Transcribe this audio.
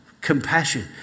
Compassion